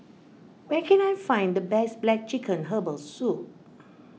where can I find the best Black Chicken Herbal Soup